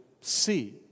see